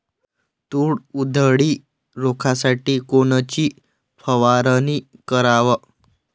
तूर उधळी रोखासाठी कोनची फवारनी कराव?